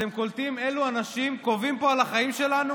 אתם קולטים אילו אנשים קובעים פה על החיים שלנו?